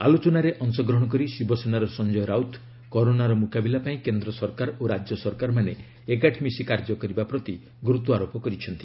ଆଲୋଚନାରେ ଅଂଶଗ୍ରହଣ କରି ଶିବସେନାର ସଞ୍ଜୟ ରାଉତ କରୋନାର ମୁକାବିଲା ପାଇଁ କେନ୍ଦ୍ର ସରକାର ଓ ରାଜ୍ୟ ସରକାରମାନେ ଏକାଠି ମିଶି କାର୍ଯ୍ୟ କରିବା ପ୍ରତି ଗୁରୁତ୍ୱାରୋପ କରିଛନ୍ତି